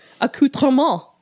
accoutrement